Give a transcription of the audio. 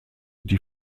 die